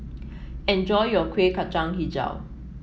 enjoy your Kueh Kacang hijau